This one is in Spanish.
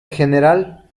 general